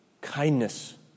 kindness